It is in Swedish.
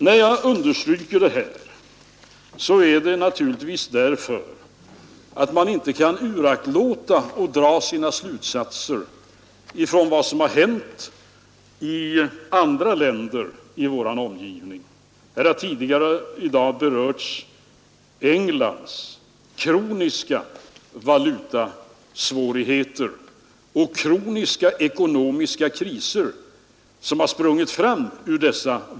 När jag understryker detta är det naturligtvis därför att man inte kan uraktlåta att dra slutsatser av vad som hänt i andra länder i vår omgivning. Här har tidigare i dag talats om Englands kroniska valutasvårigheter och de kroniska ekonomiska kriser som sprungit fram ur dem.